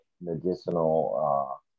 medicinal